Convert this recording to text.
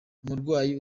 umurwayi